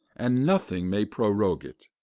and nothing may prorogue it,